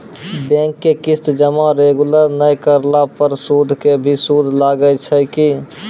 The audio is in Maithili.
बैंक के किस्त जमा रेगुलर नै करला पर सुद के भी सुद लागै छै कि?